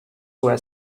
were